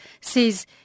says